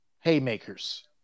haymakers